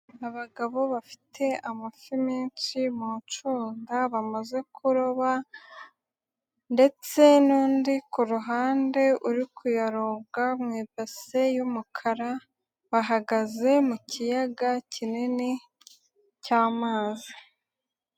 Abagabo bafite amafi menshi mu ncunda, bamaze kuroba ndetse n'undi ku ruhande uri kuyaronga mu ibase y'umukara, bahagaze mu kiyaga kinini cy'amazi.